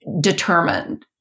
determined